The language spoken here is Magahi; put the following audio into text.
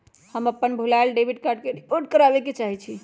हम अपन भूलायल डेबिट कार्ड के रिपोर्ट करावे के चाहई छी